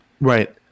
Right